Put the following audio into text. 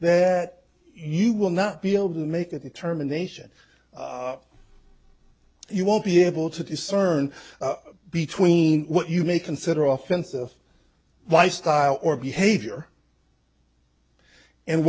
that you will not be able to make a determination you won't be able to discern between what you may consider often self lifestyle or behavior and